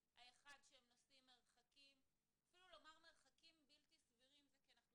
האחד הוא מרחקי נסיעה בלתי סבירים בגלל